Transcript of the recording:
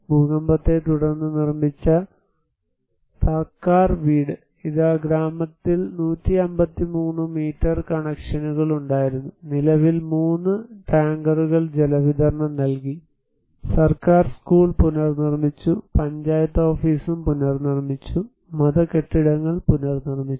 ഭൂകമ്പത്തെത്തുടർന്ന് നിർമ്മിച്ച താക്കാർ വീട് ഇതാ ഗ്രാമത്തിൽ 153 മീറ്റർ കണക്ഷനുകൾ ഉണ്ടായിരുന്നു നിലവിൽ മൂന്ന് ടാങ്കറുകൾ ജലവിതരണം നൽകി സർക്കാർ സ്കൂൾ പുനർനിർമിച്ചു പഞ്ചായത്ത് ഓഫീസും പുനർനിർമിച്ചു മത കെട്ടിടങ്ങൾ പുനർനിർമിച്ചു